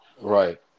Right